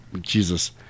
Jesus